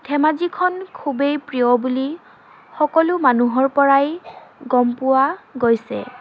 ধেমাজিখন খুবেই প্ৰিয় বুলি সকলো মানুহৰ পৰাই গম পোৱা গৈছে